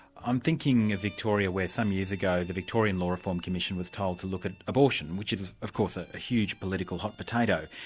i'm thinking of victoria, where some years ago the victorian law reform commission was told to look at abortion, which is of course a huge political hot potato.